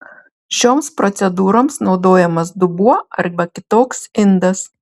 šioms procedūroms naudojamas dubuo arba kitoks indas